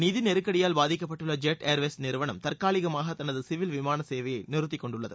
நிதி நெருக்கடியால் பாதிக்கப்பட்டுள்ள ஜெட் ஏர்வேஸ் நிறுவனம் தற்காலிகமாக தனது விமான சேவையை நிறுத்திக்கொண்டுள்ளது